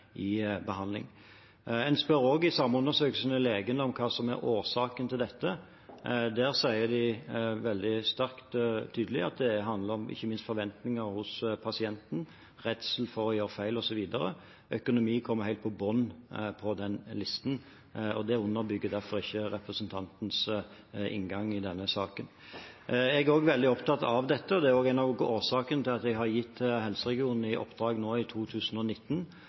i behandling. En spør i den samme undersøkelsen legene om hva som er årsaken til dette. Der sier de veldig sterkt og tydelig at det ikke minst handler om forventning hos pasienten, redsel for å gjøre feil, osv. Økonomi kommer helt på bunnen av listen, og det underbygger derfor ikke representantens inngang i denne saken. Jeg er også veldig opptatt av dette, og det er også en av årsakene til at jeg har gitt helseregionene i oppdrag nå i 2019